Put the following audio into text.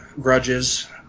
grudges